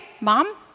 mom